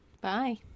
Bye